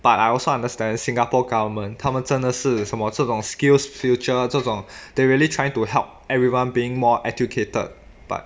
but I also understand singapore government 他们真的是什么这种 skillsfuture 这种 they really trying to help everyone being more educated but